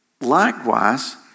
likewise